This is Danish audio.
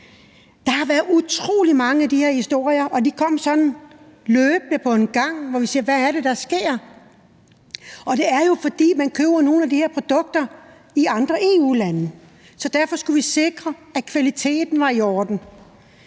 Der har været utrolig mange af de her historier, og de kom på en gang, og vi spurgte: Hvad er det, der sker? Det skyldes jo, at man køber nogle af de her produkter i andre EU-lande, så derfor skulle vi sikre, at kvaliteten var i orden.